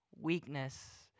weakness